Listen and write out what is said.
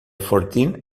fortín